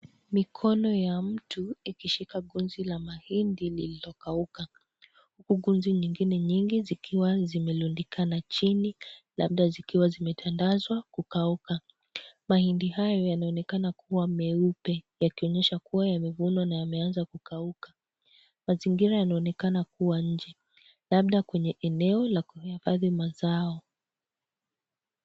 Mikono ya mtu ikishika gunji la mahindi lililokauka huku gunji zingine nyingi zikiwa zimerundikana chini labda zikiwa zimetandazwa kukauka, mahindi hayo yanaonekakana kua meupe yakionyesha kua yamevunwa na yameanza kukauka, mazingira yanaonekana kua nje labda kwenye eneo ya kuhifadhi mazao.